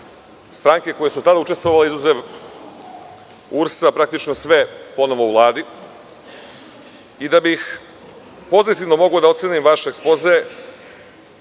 stranke koje su tada učestvovale, izuzev URS, praktično sve ponovo u Vladi. Da bih pozitivno mogao da ocenim vaš ekspoze,